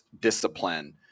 discipline